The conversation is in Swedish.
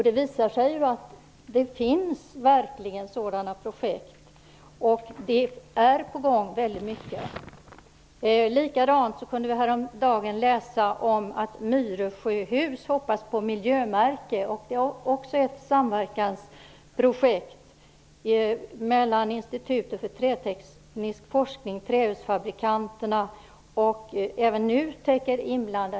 Det visar sig att det verkligen finns sådana projekt, och väldigt mycket är på gång. Vi kunde också häromdagen läsa att Myresjö hus hoppas på en miljömärkning. Även det är ett samverkansprojekt mellan Institutet för träteknisk forskning, trähusfabrikanterna och NUTEK.